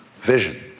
vision